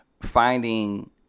finding